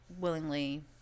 willingly